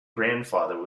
grandfather